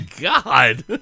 God